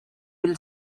will